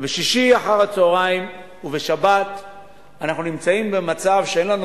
ובשישי אחר-הצהריים ובשבת אנחנו נמצאים במצב שאין לנו